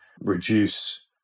reduce